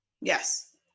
Yes